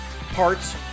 parts